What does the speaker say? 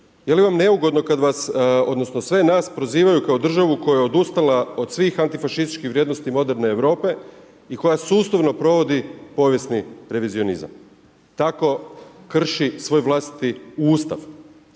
Je li vam neugodno kada vas, odnosno sve nas prozivaju kao državu koja je odustala od svih antifašističkih vrijednosti moderne Europe i koja sustavno provodi povijesni revizionizam. Tako krši svoj vlastiti Ustav.